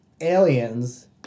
aliens